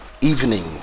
evening